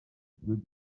good